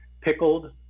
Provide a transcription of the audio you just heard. pickled